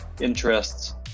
interests